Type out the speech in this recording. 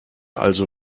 also